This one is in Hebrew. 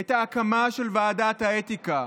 את ההקמה של ועדת האתיקה?